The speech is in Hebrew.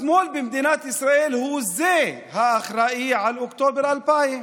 השמאל במדינת ישראל הוא האחראי לאוקטובר 2000,